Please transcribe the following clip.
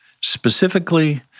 specifically